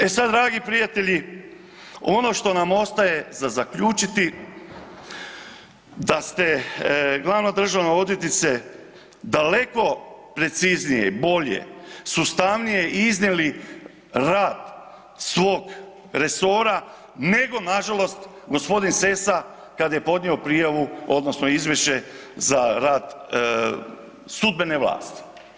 E sad dragi prijatelji, ono što nam ostaje za zaključiti da ste glavna državna odvjetnice daleko preciznije, bolje, sustavnije iznijeli rad svog resora nego na žalost gospodin Sessa kada je podnio prijavu, odnosno izvješće za rad sudbene vlasti.